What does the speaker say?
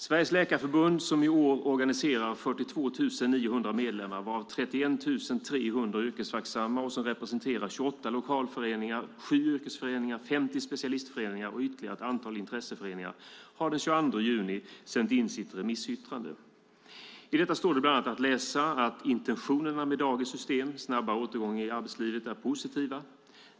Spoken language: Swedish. Sveriges läkarförbund som i år organiserar 42 900 medlemmar, varav 31 300 är yrkesverksamma, och som representerar 28 lokalföreningar, 7 yrkesföreningar, 50 specialistföreningar och ytterligare ett antal intresseföreningar har den 22 juni sänt in sitt remissyttrande. I detta står det bland annat att intentionerna med dagens system, snabbare återgång till arbetslivet, är positiva.